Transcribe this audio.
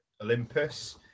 Olympus